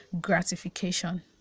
Gratification